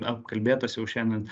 apkalbėtas jau šiandien